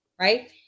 right